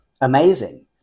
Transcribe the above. amazing